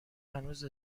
هنوز